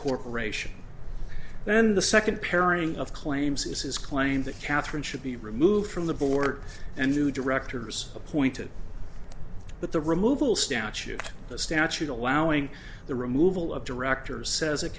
corporation then the second pairing of claims is his claim that katharine should be removed from the board and two directors appointed but the removal statute the statute allowing the removal of directors says it